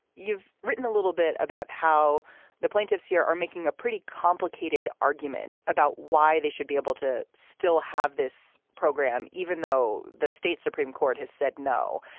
you've written a little bit about how the plaintiffs here are making a pretty complicated argument about why they should be able to still have this program, even though the state supreme court has said no.